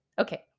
Okay